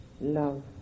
love